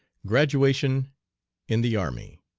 graduation in the army.